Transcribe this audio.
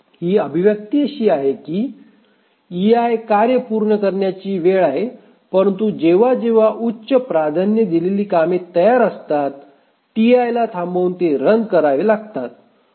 ही अभिव्यक्ती अशी आहे की ei ही कार्य पूर्ण करण्याची वेळ आहे परंतु जेव्हा जेव्हा उच्च प्राधान्य दिलेली कामे तयार असतात ला थांबवून ते रन करावे लागतील